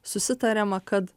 susitariama kad